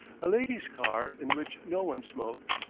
a ladies' car in which no one smoked,